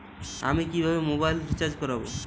আমি কিভাবে mobile recharge করব?